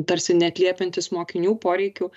tarsi neatliepiantis mokinių poreikių